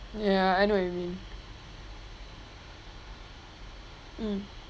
ya I know what you mean mm